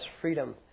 freedom